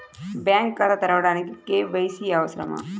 Bank ఖాతా తెరవడానికి KYC అవసరమా?